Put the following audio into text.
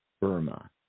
Burma